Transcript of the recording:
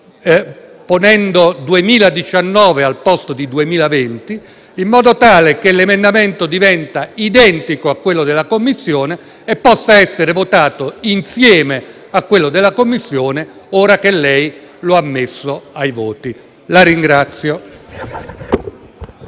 ponendo «2019» al posto di «2020», in modo tale che l'emendamento diventa identico a quello della Commissione e possa essere votato insieme a quello della Commissione ora che lei lo ha messo ai voti.